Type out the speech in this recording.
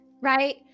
right